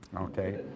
okay